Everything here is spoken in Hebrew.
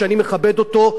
שאני מכבד אותו,